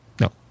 No